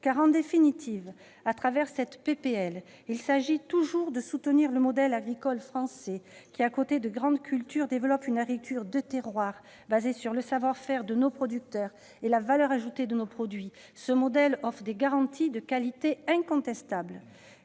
en effet, à travers cette proposition de loi, il s'agit toujours de soutenir le modèle agricole français qui, à côté des grandes cultures, développe une agriculture de terroirs, basée sur le savoir-faire de nos producteurs et la valeur ajoutée de nos produits. Ce modèle offre des garanties de qualité incontestables.